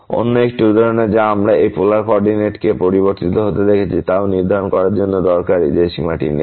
অন্য একটি উদাহরণে যা আমরা এই পোলার কোঅরডিনেট কে পরিবর্তিত হতে দেখেছি তাও নির্ধারণ করার জন্য দরকারী যে সীমাটি নেই